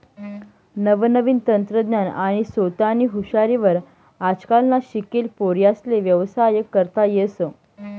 नवनवीन तंत्रज्ञान आणि सोतानी हुशारी वर आजकालना शिकेल पोर्यास्ले व्यवसाय करता येस